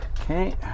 okay